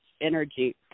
energy